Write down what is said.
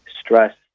stress